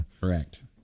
Correct